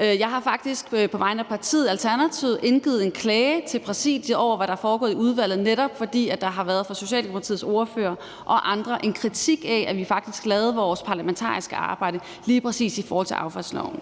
Jeg har faktisk på vegne af partiet Alternativet indgivet en klage til Præsidiet over, hvad der er foregået i udvalget, netop fordi der fra Socialdemokratiets ordfører og andre har været en kritik af, at vi faktisk lavede vores parlamentariske arbejde lige præcis i forhold til affaldsloven.